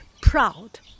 proud